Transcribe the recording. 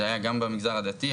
זה היה גם במגזר הדתי,